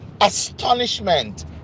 Astonishment